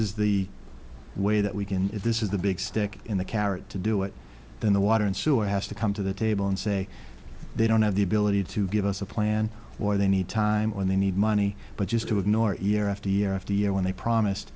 is the way that we can if this is the big stick in the carrot to do it then the water and sewer has to come to the table and say they don't have the ability to give us a plan or they need time when they need money but just to ignore each year after year after year when they promised